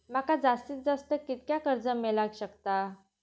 माका जास्तीत जास्त कितक्या कर्ज मेलाक शकता?